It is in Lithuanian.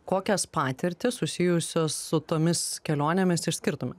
kokias patirtys susijusias su tomis kelionėmis išskirtumėt